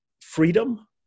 freedom